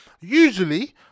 Usually